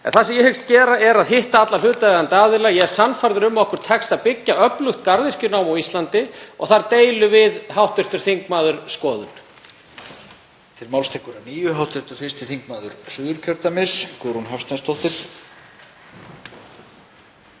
Það sem ég hyggst gera er að hitta alla hlutaðeigandi aðila. Ég er sannfærður um að okkur tekst að byggja öflugt garðyrkjunámi á Íslandi og þar deilum við hv. þingmaður skoðun.